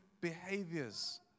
behaviors